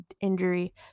injury